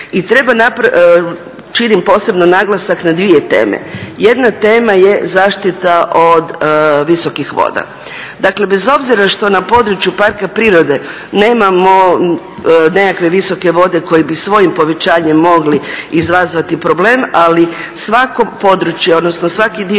autobusa. Činim posebno naglasak na dvije teme. Jedna tema je zaštita od visokih voda. Dakle, bez obzira što na području parka prirode nemamo nekakve visoke vode koje bi svojim povećanjem mogli izazvati problem, ali svako područje, odnosno svaki dio